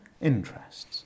interests